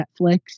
Netflix